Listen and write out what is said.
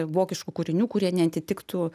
vokiškų kūrinių kurie neatitiktų